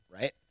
right